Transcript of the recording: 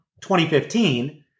2015